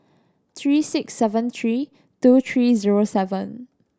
three six seven three two three zero seven